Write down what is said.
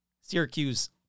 Syracuse